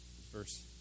verse